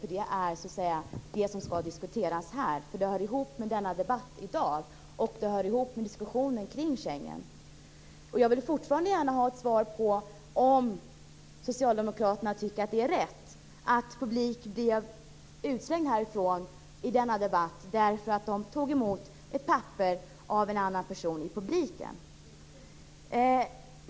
Frågan skall diskuteras här, för den hör ihop med den debatt vi för i dag. Den hör ihop med diskussionen kring Schengensamarbetet. Jag vill fortfarande gärna ha ett svar på frågan om socialdemokraterna tycker att det är rätt att någon ur publiken blir utslängd härifrån under denna debatt därför att han eller hon har tagit emot ett papper från en annan person i publiken.